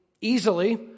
easily